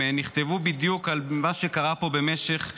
הם נכתבו בדיוק על מה שקרה פה במשך שנים.